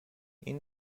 این